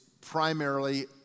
primarily